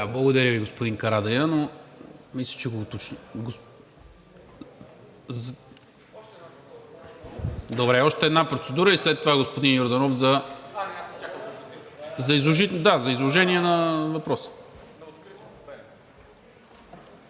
благодаря Ви, господин Карадайъ, но мисля, че го уточних. Добре, още една процедура и след това е господин Йорданов за изложение на въпроса.